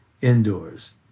indoors